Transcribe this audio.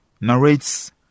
narrates